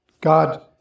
God